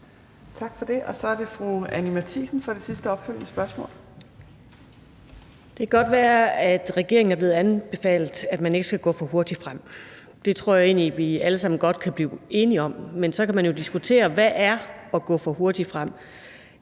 Tak for det. Så er det fru Anni Matthiesen for det sidste opfølgende spørgsmål. Kl. 15:56 Anni Matthiesen (V): Det kan godt være, at regeringen er blevet anbefalet, at man ikke skal gå for hurtigt frem. Det tror jeg egentlig vi alle sammen godt kan blive enige om. Men så kan man jo diskutere, hvad det er at gå for hurtigt frem.